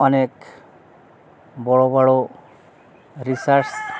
অনেক বড়ো বড়ো রিসার্চ